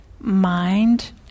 mind